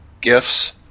gifts